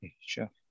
Sure